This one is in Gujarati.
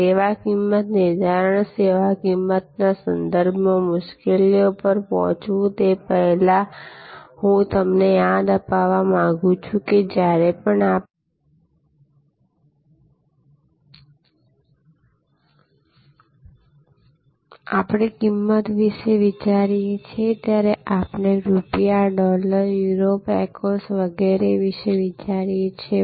સેવા કિંમત નિર્ધારણ સેવા કિંમતના સંદર્ભમાં મુશ્કેલીઓ પર પહોંચું તે પહેલાં હું તમને યાદ અપાવવા માંગુ છું કે જ્યારે પણ આપણે કિંમત વિશે વિચારીએ છીએ ત્યારે આપણે રૂપિયા ડૉલર યુરો પેકોસ વગેરે વિશે વિચારીએ છીએ